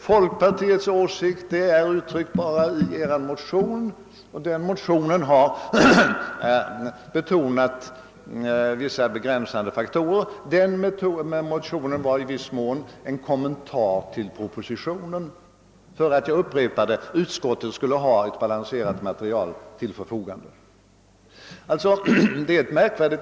Folkpartiets åsikt är uttryckt bara i en motion, och i motionen betonas vissa begränsade faktorer.> Men denna motion var i viss mån en kommentar till propositionen för att — jag upprepar det — utskottet skulle ha ett balanserat material till förfogande.